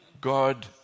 God